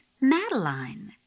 Madeline